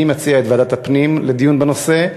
אני מציע את ועדת הפנים לדיון בנושא.